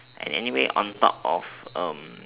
anyway on top of um